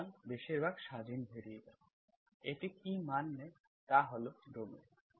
সুতরাং বেশিরভাগ স্বাধীন ভ্যারিয়েবল এটি কী মান নেয় তা হল ডোমেইন